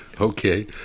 Okay